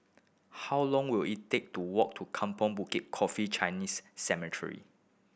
how long will it take to walk to Kampong Bukit Coffee Chinese Cemetery